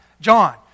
John